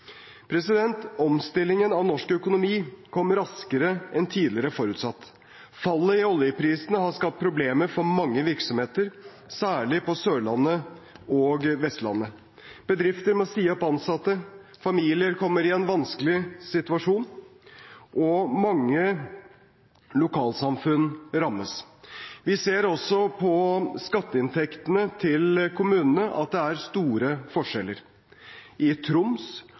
Omstillingen av norsk økonomi kom raskere enn tidligere forutsatt. Fallet i oljeprisen har skapt problemer for mange virksomheter, særlig på Sørlandet og Vestlandet. Bedrifter må si opp ansatte, familier kommer i en vanskelig situasjon. Mange lokalsamfunn rammes. Vi ser også på skatteinntektene til kommunene at det er store forskjeller. I Troms